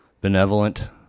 benevolent